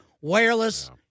wireless